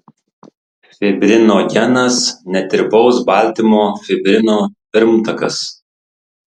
fibrinogenas netirpaus baltymo fibrino pirmtakas